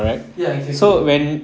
ya exactly